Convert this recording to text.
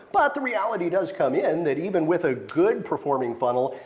but the reality does come in that even with a good performing funnel.